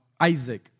Isaac